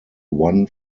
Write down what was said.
one